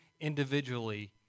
individually